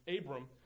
Abram